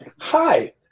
Hi